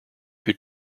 who